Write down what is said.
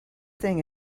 thing